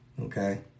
Okay